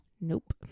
nope